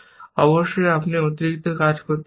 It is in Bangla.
অবশ্যই আপনি অতিরিক্ত কাজ করতে পারেন